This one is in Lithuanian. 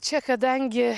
čia kadangi